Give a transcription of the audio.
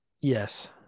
Yes